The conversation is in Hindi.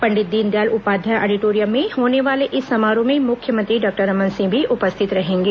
पंडित दीनदयाल उपाध्याय ऑडिटोरियम में होने वाले इस समारोह में मुख्यमंत्री डॉक्टर रमन सिंह भी उपस्थित रहेंगे